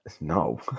No